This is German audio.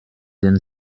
den